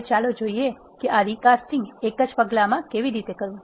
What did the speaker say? હવે ચાલો જોઈએ કે આ રિકાસ્ટીંગ એક જ પગલામાં કેવી રીતે કરવું